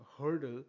hurdle